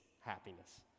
happiness